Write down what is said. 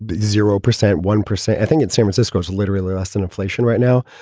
but zero percent, one percent. i think in san francisco's literally less than inflation right now,